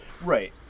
Right